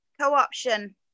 co-option